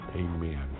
amen